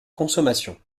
consommation